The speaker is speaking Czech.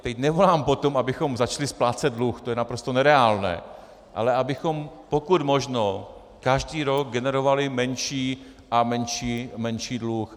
Teď nevolám po tom, abychom začali splácet dluh, to je naprosto nereálné, ale abychom pokud možno každý rok generovali menší a menší dluh.